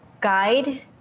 guide